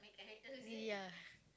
ya